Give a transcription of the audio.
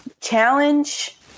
Challenge